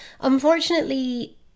unfortunately